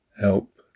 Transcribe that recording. help